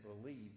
believe